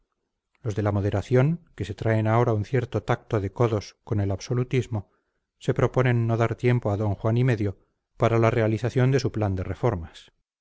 los de la moderación que se traen ahora un cierto tacto de codos con el absolutismo se proponen no dar tiempo a don juan y medio para la realización de su plan de reformas